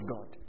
God